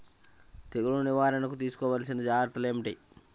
తెగులు నివారణకు తీసుకోవలసిన జాగ్రత్తలు ఏమిటీ?